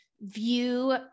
view